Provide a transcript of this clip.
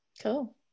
cool